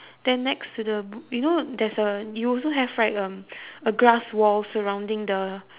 then next to the b~ you know there's a you also have right um a grass wall surrounding the